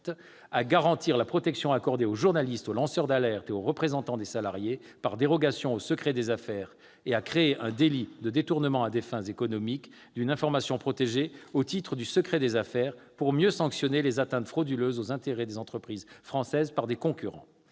dérogation au secret des affaires, aux journalistes, aux lanceurs d'alerte et aux représentants des salariés, et à créer un délit de détournement à des fins économiques d'une information protégée au titre du secret des affaires, afin de mieux sanctionner les atteintes frauduleuses aux intérêts des entreprises françaises par des concurrents.